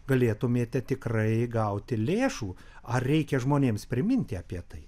galėtumėte tikrai gauti lėšų ar reikia žmonėms priminti apie tai